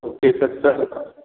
okay sir